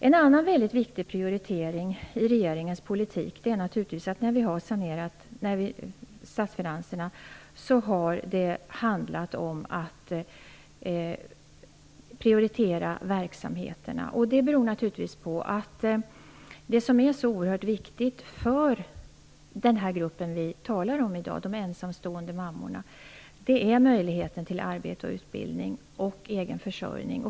En annan väldigt viktig prioritering i regeringens politik när det gäller att sanera statsfinanserna är att prioritera verksamheterna. Det beror naturligtvis på att det som är så oerhört viktigt för de ensamstående mammorna är möjligheten till arbete och utbildning samt till egen försörjning.